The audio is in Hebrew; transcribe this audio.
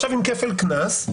עכשיו עם כפל קנס.